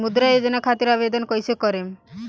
मुद्रा योजना खातिर आवेदन कईसे करेम?